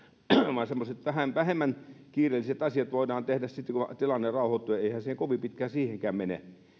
vaan semmoiset vähän vähemmän kiireelliset asiat voidaan tehdä sitten kun tilanne rauhoittuu ja eihän siihen kovin pitkään siihenkään mene